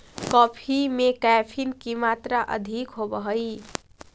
coffee में caffeine की मात्रा अधिक होवअ हई